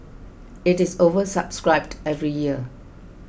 it is oversubscribed every year